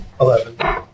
Eleven